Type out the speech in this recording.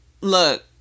look